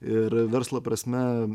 ir verslo prasme